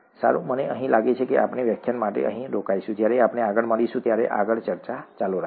સારું મને લાગે છે કે આપણે આ વ્યાખ્યાન માટે અહીં રોકાઈશું જ્યારે આપણે આગળ મળીશું ત્યારે આગળ ચર્ચા ચાલુ રાખીશું